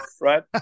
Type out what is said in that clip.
right